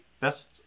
best